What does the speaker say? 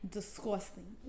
Disgusting